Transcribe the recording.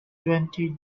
twenty